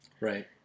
Right